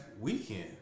weekend